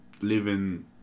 living